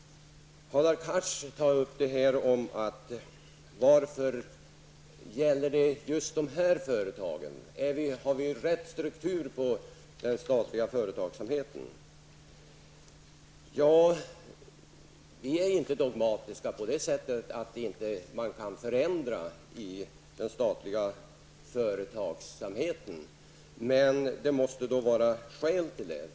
Hadar Cars tar upp frågan om varför det gäller just dessa företag. Har vi rätt struktur på den statliga företagsamheten? Vi socialdemokrater är inte dogmatiska på det sättet att det inte går att förändra i den statliga företagsamheten. Men det måste vara skäl till det.